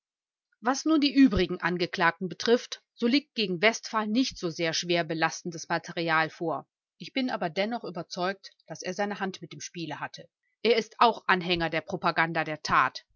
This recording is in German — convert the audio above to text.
was nun die übrigen angeklagten betrifft so liegt gegen westphal nicht so sehr schwer belastendes material vor ich bin aber dennoch überzeugt daß er seine hand mit im spiele hatte er ist auch anhänger der propaganda der tat